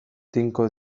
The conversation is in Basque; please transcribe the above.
tinko